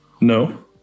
No